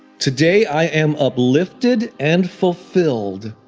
today, i am uplifted and fulfilled.